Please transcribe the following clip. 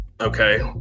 okay